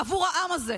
עבור העם הזה,